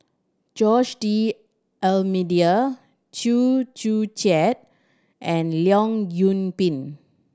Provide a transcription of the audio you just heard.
Jose D'Almeida Chew Joo Chiat and Leong Yoon Pin